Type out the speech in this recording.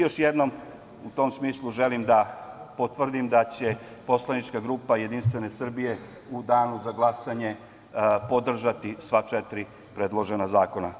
Još jednom, u tom smislu, želim da potvrdim da će poslanička grupa JS u danu za glasanje podržati sva četiri predložena zakona.